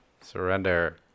Surrender